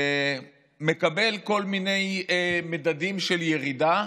מקבל כל מיני מדדים של ירידה,